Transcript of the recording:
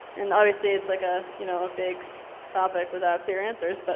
and obviously it's like a, you know, a big topic without clear answers, but.